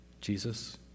Jesus